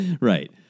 Right